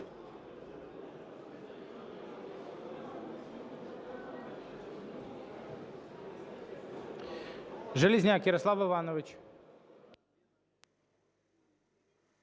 Железняк Ярослав Іванович.